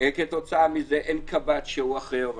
וכתוצאה מכך אין קב"ט שהוא אחראי או